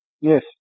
Yes